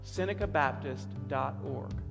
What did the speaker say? SenecaBaptist.org